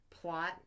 Plot